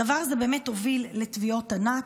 הדבר הזה הוביל לתביעות ענק.